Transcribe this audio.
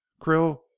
krill